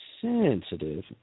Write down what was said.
sensitive